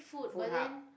food hub